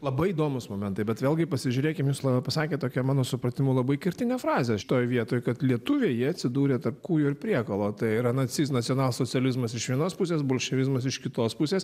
labai įdomūs momentai bet vėlgi pasižiūrėkim jūs pasakėt tokią mano supratimu labai kertinę frazę šitoj vietoj kad lietuviai jie atsidūrė tarp kūjo ir priekalo tai yra naciz nacionalsocializmas iš vienos pusės bolševizmas iš kitos pusės